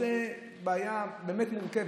זו באמת בעיה מורכבת.